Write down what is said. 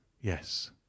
Yes